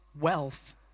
wealth